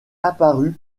apparue